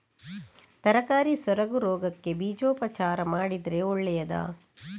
ತರಕಾರಿ ಸೊರಗು ರೋಗಕ್ಕೆ ಬೀಜೋಪಚಾರ ಮಾಡಿದ್ರೆ ಒಳ್ಳೆದಾ?